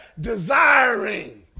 desiring